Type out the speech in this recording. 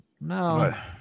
no